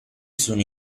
sono